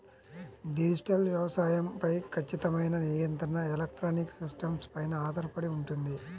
digital వ్యవసాయం పై ఖచ్చితమైన నియంత్రణ ఎలక్ట్రానిక్ సిస్టమ్స్ పైన ఆధారపడి ఉంటుంది